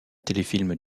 téléfilm